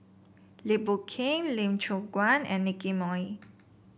Lim Boon Keng Lee Choon Guan and Nicky Moey